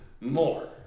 more